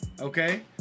Okay